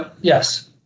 Yes